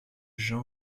jean